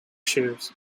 shows